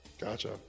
Gotcha